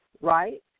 right